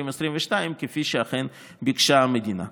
כפי שאכן ביקשה המדינה.